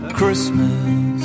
Christmas